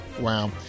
Wow